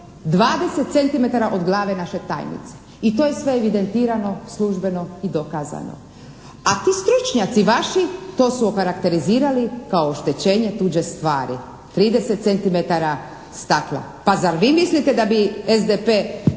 20 centimetara od naše tajnice i to je sve evidentirano službeno i dokazano. A ti stručnjaci vaši to su okarakterizirali kao oštećenje tuđe stvari. 30 centimetara stakla. Pa zar vi mislite da bi SDP